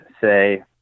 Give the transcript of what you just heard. say